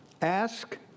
Ask